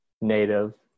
native